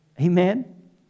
amen